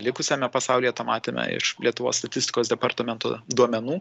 likusiame pasaulyje tą matėme iš lietuvos statistikos departamento duomenų